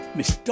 Miss